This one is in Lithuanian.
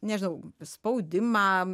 nežinau spaudimą